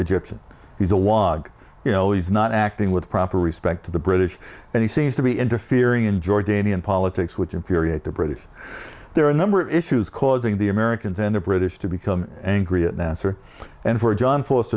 egyptian he's awad you know he's not acting with proper respect to the british and he seems to be interfering in jordanian politics which infuriate the british there are a number of issues causing the americans and the british to become angry at nasser and for john f